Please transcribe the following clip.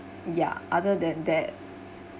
ya other than that